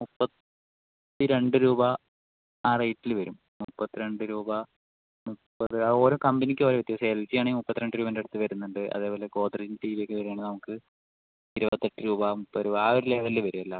മുപ്പത്തി രണ്ട് രൂപ ആ റേറ്റില് വരും മുപ്പത്രണ്ട് രൂപ മുപ്പത് ആ ഓരോ കമ്പനിക്ക് ഓരോ വ്യത്യാസം എൽ ജി ആണേൽ മുപ്പത്രണ്ട് രൂപേൻ്റെ അടുത്ത് വരുന്നുണ്ട് അതേപോലെ ഗോദ്റെജ് ടിവി ഒക്കെ വരുവാണേൽ നമുക്ക് ഇരുപത്തെട്ട് രൂപ മുപ്പത് രൂപ ആ ഒരു ലെവലില് വരും എല്ലാവർക്കും